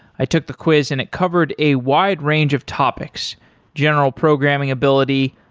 i took the quiz and it covered a wide range of topics general programming ability,